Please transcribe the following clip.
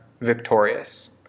victorious